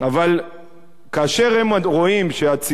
אבל כאשר הם רואים שהציבור,